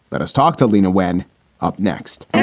let us talk to leana wen up next and